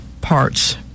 parts